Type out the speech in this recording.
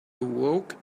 awoke